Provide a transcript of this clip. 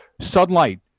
sunlight